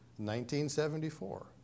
1974